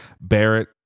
Barrett